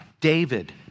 David